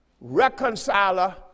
Reconciler